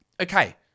okay